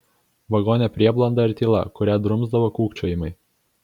vagone prieblanda ir tyla kurią drumsdavo kūkčiojimai